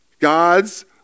God's